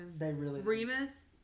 Remus